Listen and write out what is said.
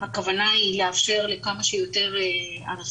אני ראיתי אותך יותר מאת